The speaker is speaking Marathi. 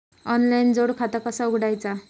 ऑनलाइन जोड खाता कसा उघडायचा?